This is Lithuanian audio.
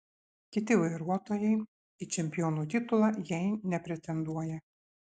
kiti vairuotojai į čempionų titulą jei nepretenduoja